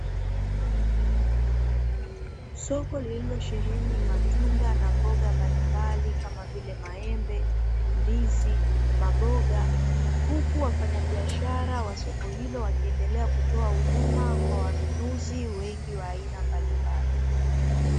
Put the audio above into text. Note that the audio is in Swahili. Soko lililosheheni matunda na mboga mbalimbali kama vile maembe, ndizi , maboga, huku wafanya biashara wa soko hilo wakiendelea kutoa huduma kwa wanunuzi wengi wa aina mbalimbali.